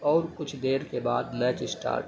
اور کچھ دیر کے بعد میچ اسٹارٹ